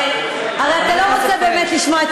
הרי אתה לא רוצה באמת לשמוע את